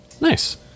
Nice